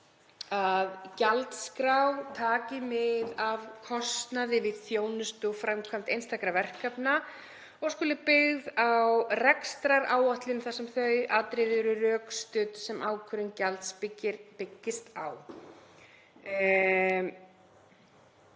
að gjaldskrá taki mið af kostnaði við þjónustu og framkvæmd einstakra verkefna og skuli byggð á rekstraráætlun þar sem þau atriði eru rökstudd sem ákvörðun gjalds byggist á.